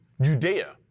Judea